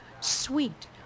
sweet